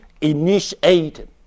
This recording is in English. initiated